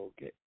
Okay